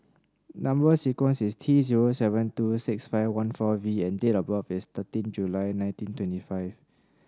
number sequence is T zero seven two six five one four V and date of birth is thirteen July nineteen twenty five